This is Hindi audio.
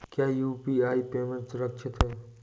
क्या यू.पी.आई पेमेंट सुरक्षित है?